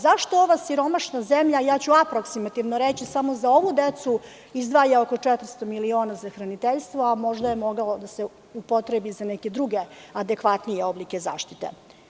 Zašto ova siromašna zemlja, ja ću aproksimativno reći, samo za ovu decu izdvaja oko 400 miliona za hraniteljstvo, a možda je moglo da se upotrebi za neke druge adekvatnije oblike zaštite?